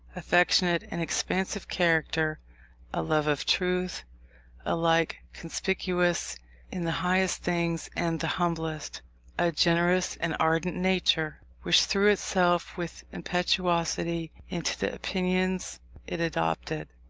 affectionate, and expansive character a love of truth alike conspicuous in the highest things and the humblest a generous and ardent nature, which threw itself with impetuosity into the opinions it adopted,